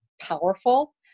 powerful